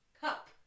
cup